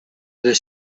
del